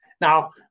Now